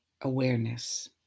awareness